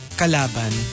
kalaban